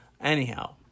Anyhow